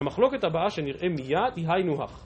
המחלוקת הבאה שנראה מייד היא היינו הך